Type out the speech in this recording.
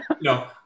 no